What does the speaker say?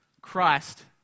Christ